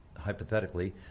hypothetically